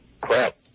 crap